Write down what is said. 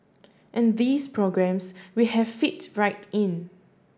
and these programmes we have fit right in